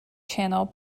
channel